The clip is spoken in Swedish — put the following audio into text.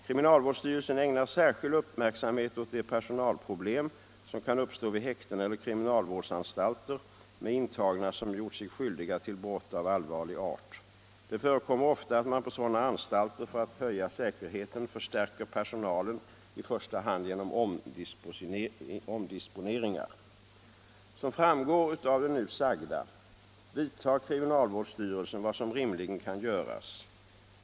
Kriminalvårdsstyrelsen ägnar särskild uppmärksamhet åt de personalproblem som kan uppstå vid häkten eller kriminalvårdsanstalter med intagna som gjort sig skyldiga till brott av allvarlig art. Det förekommer ofta att man på sådana anstalter för att höja säkerheten förstärker personalen i första hand genom omdisponeringar. Som framgår av det nu sagda gör kriminalvårdsstyrelsen vad som rimligen kan göras.